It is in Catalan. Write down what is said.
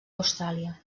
austràlia